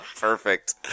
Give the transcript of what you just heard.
Perfect